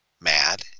mad